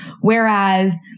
whereas